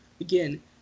again